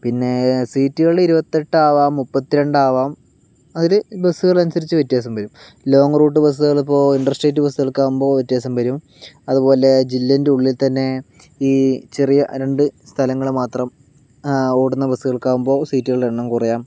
പിന്നെ സീറ്റുകള് ഇരുപത്തെട്ടാവാം മുപ്പത്തിരണ്ടാവാം അതിൽ ബസ്സുകളനുസരിച്ച് വ്യത്യാസം വരും ലോങ്ങ് റൂട്ട് ബസ്സുകളിപ്പോൾ ഇൻഡർ സ്റ്റേറ്റ് ബസ്സുകൾക്കാവുമ്പോൾ വ്യത്യാസം വരും അതുപോലെ ജില്ലേന്റെയുള്ളിൽ തന്നെ ഈ ചെറിയ രണ്ട് സ്ഥലങ്ങൾ മാത്രം ഓടുന്ന ബസ്സുകൾക്കാവുമ്പോൾ സീറ്റുകളുടെ എണ്ണം കുറയാം